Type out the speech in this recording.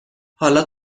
حالا